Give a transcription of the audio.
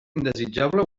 indesitjable